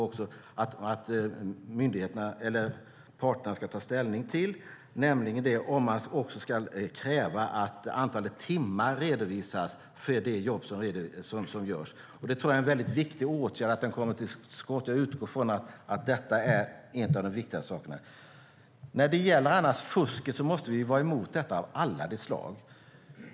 Parterna ska nämligen ta ställning till om man ska kräva att antalet timmar redovisas för det jobb som görs. Jag tror att det är väldigt viktigt att man kommer till skott med den åtgärden. Jag utgår från att detta hör till de viktigaste sakerna. Vi måste vara emot fusk av alla de slag.